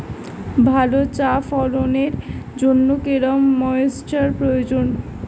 ভালো চা ফলনের জন্য কেরম ময়স্চার প্রয়োজন?